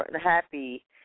happy